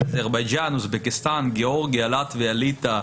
אזרבייג'ן, אוזבקיסטן, גיאורגיה, לטביה, ליטא.